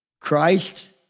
Christ